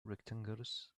rectangles